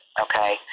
Okay